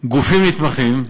גופים נתמכים,